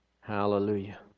Hallelujah